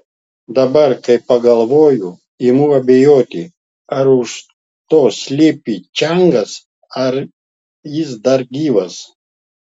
dabar kai pagalvoju imu abejoti ar už to slypi čiangas ir ar jis dar gyvas